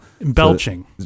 Belching